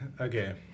Okay